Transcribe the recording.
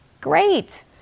great